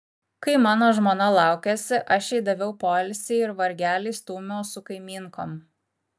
kai mano žmona laukėsi aš jai daviau poilsį ir vargelį stūmiau su kaimynkom